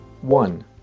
one